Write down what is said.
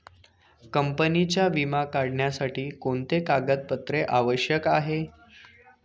कंपनीचा विमा काढण्यासाठी कोणते कागदपत्रे आवश्यक आहे?